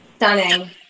Stunning